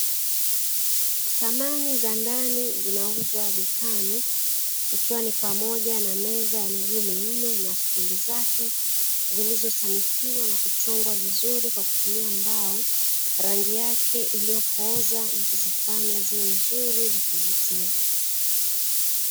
Samani za ndani zinauzwa dukani, ikiwa ni pamoja na meza ya miguu minne na stuli zake; zilizosanifiwa na kuchongwa vizuri kwa kutumia mbao. Rangi yake iliyopooza na kuzifanya ziwe nzuri na kuvutia.